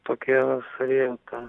tokie plinta